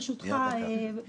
ברשותך,